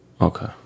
Okay